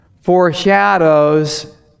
foreshadows